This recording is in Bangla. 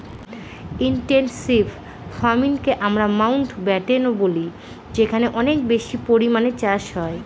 ইনটেনসিভ ফার্মিংকে আমরা মাউন্টব্যাটেনও বলি যেখানে অনেক বেশি পরিমানে চাষ হয়